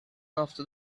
after